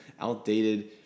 outdated